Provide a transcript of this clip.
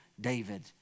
David